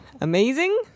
amazing